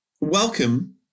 welcome